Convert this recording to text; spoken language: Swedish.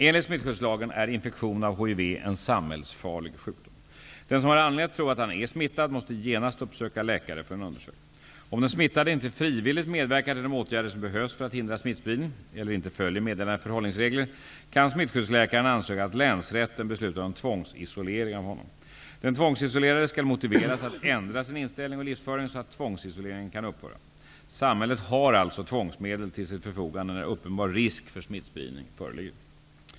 Enligt smittskyddslagen är infektion av hiv en samhällsfarlig sjukdom. Den som har anledning att tro att han är smittad måste genast uppsöka läkare för en undersökning. Om den smittade inte frivilligt medverkar till de åtgärder som behövs för att hindra smittspridning eller inte följer meddelade förhållningsregler, kan smittskyddsläkaren ansöka att Länsrätten beslutar om tvångsisolering av honom. Den tvångsisolerade skall motiveras att ändra sin inställning och livsföring så, att tvångsisoleringen kan upphöra. Samhället har alltså tvångsmedel till sitt förfogande när uppenbar risk för smittspridning föreligger.